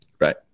right